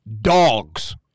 dogs